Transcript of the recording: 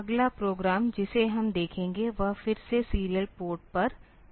अगला प्रोग्राम जिसे हम देखेंगे वह फिर से सीरियल पोर्ट पर है